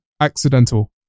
accidental